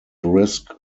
risk